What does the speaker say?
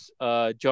John